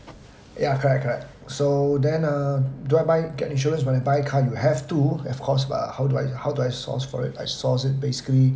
ya correct correct so then uh do I buy get insurance when you buy car you have to of course uh how do I how do I source for it I source it basically